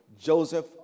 Joseph